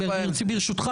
יש בהירות.